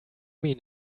mean